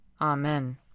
Amen